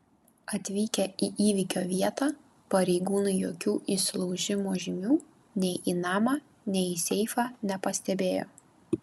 atvykę į įvykio vietą pareigūnai jokių įsilaužimo žymių nei į namą nei į seifą nepastebėjo